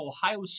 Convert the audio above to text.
Ohio